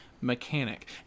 mechanic